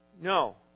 No